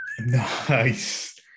Nice